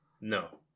No